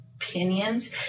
opinions